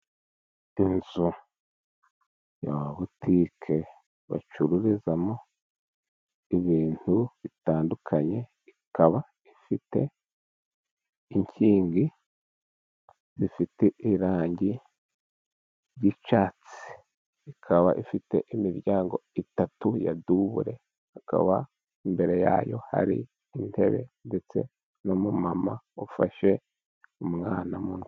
Inzu ya butike bacururizamo ibintu bitandukanye, ikaba ifite inkingi zifite irangi ry'icyatsi. Ikaba ifite imiryango itatu ya dubule, akaba imbere ya yo hari intebe, ndetse n'umumama ufashe umwana mu ntoki.